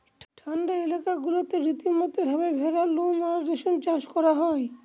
ঠান্ডা এলাকা গুলাতে রীতিমতো ভাবে ভেড়ার লোম আর রেশম চাষ করা হয়